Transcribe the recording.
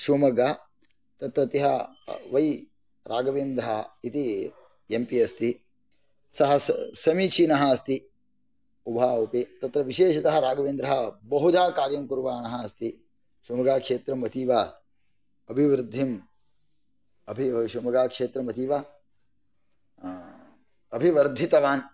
शिवमोग्गा तत्रत्यः वै राघवेन्ध्रा इति एम् पि अस्ति सः समीचीनः अस्ति उभावपि तत्र विशेषतः राघवेन्द्रः बहुधा कार्यङ्कुर्वाणः अस्ति शिवमोग्गाक्षेत्रम् अतीव अभिवृद्धिं शिवमोग्गाक्षेत्रम् अतीव अभिवर्धितवान्